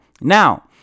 Now